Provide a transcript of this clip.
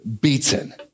beaten